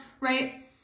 right